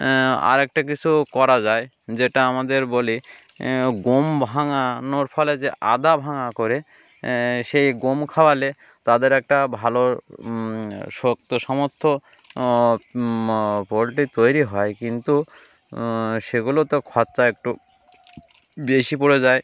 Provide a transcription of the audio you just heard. আরেকটা কিছু করা যায় যেটা আমাদের বলি গম ভাঙানোর ফলে যে আধা ভাঙা করে সেই গম খাওয়ালে তাদের একটা ভালো শক্ত সামর্থ্য পোলট্রি তৈরি হয় কিন্তু সেগুলোতে খরচা একটু বেশি পড়ে যায়